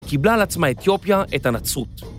‫קיבלה על עצמה אתיופיה את הנצרות.